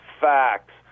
facts